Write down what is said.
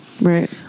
right